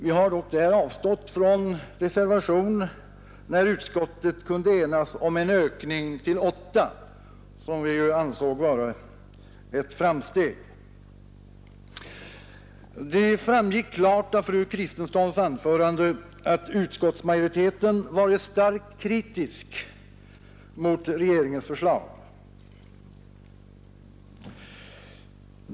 Vi har dock där avstått från reservation, när utskottet kunde enas om en ökning till åtta, vilket vi ju ansåg vara ett framsteg. Det framgick klart av fru Kristenssons anförande att utskottsmajoriteten varit starkt kritisk mot regeringens förslag.